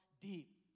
deep